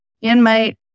inmate